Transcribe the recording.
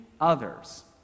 others